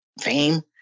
fame